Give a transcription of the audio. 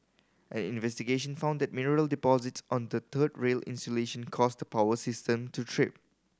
an investigation found that mineral deposits on the third rail insulation caused power system to trip